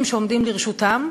המשאבים שעומדים לרשותם,